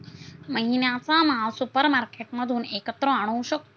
महिन्याचा माल सुपरमार्केटमधून एकत्र आणू शकतो